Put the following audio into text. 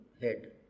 head